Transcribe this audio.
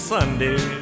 Sunday